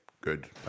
good